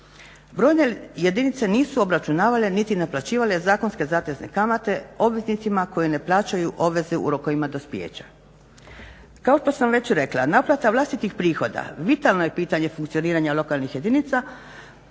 Brojne jedinice nisu obračunavale niti naplaćivale zakonske zatezne kamate obveznicima koji ne plaćaju obveze u rokovima dospijeća. Kao što sam već rekla naplata vlastitih prihoda vitalno je pitanje funkcioniranja lokalnih jedinica,